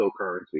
cryptocurrency